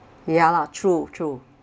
ya lah true true